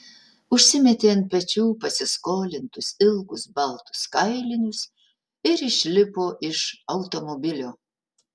užsimetė ant pečių pasiskolintus ilgus baltus kailinius ir išlipo iš automobilio